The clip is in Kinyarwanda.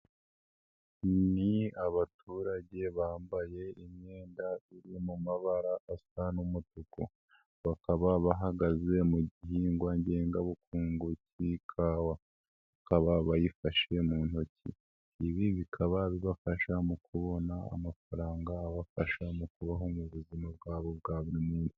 Ni abaturage bambaye imyenda iri mu mabara asa n'umutuku, bakaba bahagaze mu gihingwa ngengabukungu k'ikawa, bakaba bayifashe mu ntoki. Ibi bikaba bibafasha mu kubona amafaranga abafasha mu kubaho mu buzima bwabo bwa buri musi.